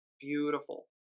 beautiful